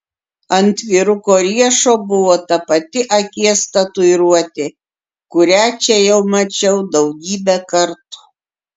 ant vyruko riešo buvo ta pati akies tatuiruotė kurią čia jau mačiau daugybę kartų